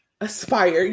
Aspire